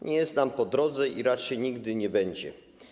Nie jest nam po drodze i raczej nigdy nie będzie.